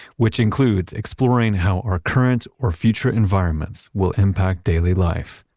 which includes exploring how our current or future environments will impact daily life.